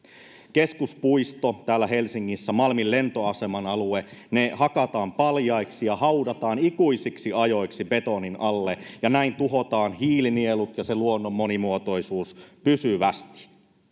keskuspuisto täällä helsingissä ja malmin lentoaseman alue hakataan paljaiksi ja haudataan ikuisiksi ajoiksi betonin alle ja näin tuhotaan hiilinielut ja se luonnon monimuotoisuus pysyvästi